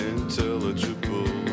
Intelligible